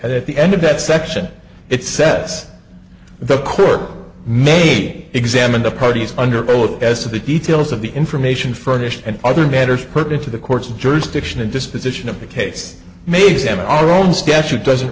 at the end of that section it sets the clerk may examine the parties under oath as to the details of the information furnished and other matters put into the court's jurisdiction and disposition of the case made them in our own statute doesn't